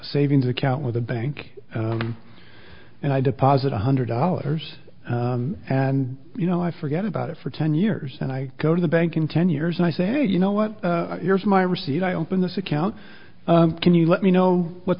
savings account with a bank and i deposit one hundred dollars and you know i forget about it for ten years and i go to the bank in ten years and i say you know what here's my receipt i open this account can you let me know what